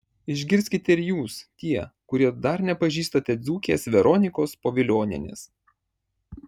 išgirskite ir jūs tie kurie dar nepažįstate dzūkės veronikos povilionienės